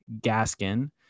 Gaskin